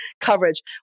coverage